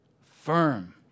firm